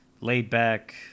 laid-back